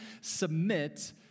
submit